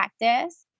practice